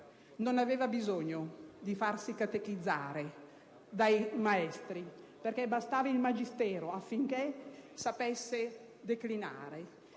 non aveva bisogno di farsi catechizzare dai maestri, perché bastava il magistero affinché sapesse declinare